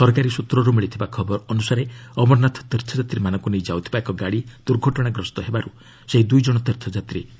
ସରକାରୀ ସ୍ନୁତ୍ରରୁ ମିଳିଥିବା ଖବର ଅନୁସାରେ ଅମରନାଥ ତୀର୍ଥଯାତ୍ରୀମାନଙ୍କୁ ନେଇ ଯାଉଥିବା ଏକ ଗାଡ଼ି ଦୁର୍ଘଟଣାଗ୍ରସ୍ତ ହେବାରୁ ସେହି ଦୁଇ ଜଣ ତୀର୍ଥଯାତ୍ରୀ ପ୍ରାଣ ହରାଇଛନ୍ତି